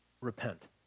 repent